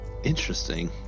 Interesting